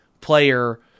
player